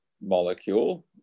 molecule